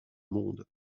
monde